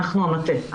אנחנו המטה.